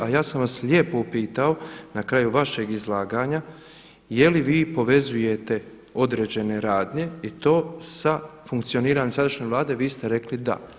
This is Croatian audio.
A ja sam vas lijepo pitao na kraju vašeg izlaganja je li vi povezujete određene radnje i to sa funkcioniranjem sadašnje Vlade, vi ste rekli da.